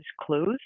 clues